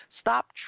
Stop